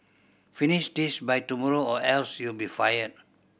finish this by tomorrow or else you'll be fired